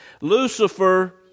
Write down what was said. Lucifer